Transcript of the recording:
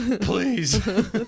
please